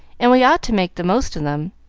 and we ought to make the most of them.